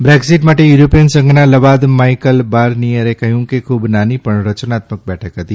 Brexit માટે યુરોપીય સંઘના લવાદ માઇકલ બારનિયરે કહ્યું કે ખૂબ નાની પણ રચનાત્મક બેઠક હતી